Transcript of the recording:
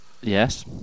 Yes